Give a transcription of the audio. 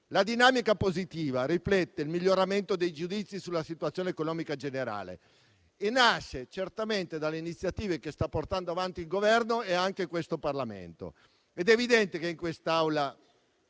La dinamica positiva riflette il miglioramento dei giudizi sulla situazione economica generale e nasce certamente dalle iniziative che stanno portando avanti il Governo e il Parlamento. È evidente che in quest'Aula